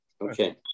okay